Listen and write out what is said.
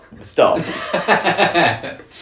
stop